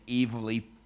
evilly